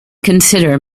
consider